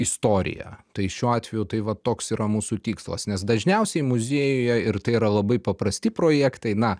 istoriją tai šiuo atveju tai va toks yra mūsų tikslas nes dažniausiai muziejuje ir tai yra labai paprasti projektai na